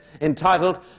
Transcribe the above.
entitled